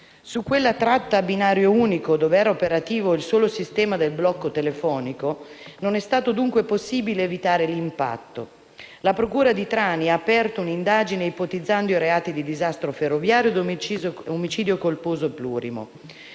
Su quella tratta a binario unico, dove era operativo il solo sistema del blocco telefonico, non è stato dunque possibile evitare l'impatto. La Procura di Trani ha aperto un'indagine ipotizzando i reati di disastro ferroviario ed omicidio colposo plurimo.